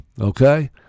okay